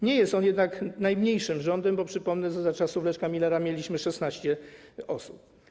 Nie jest on jednak najmniejszym rządem, bo, przypomnę, za czasów Leszka Millera mieliśmy 16 osób.